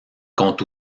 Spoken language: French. compte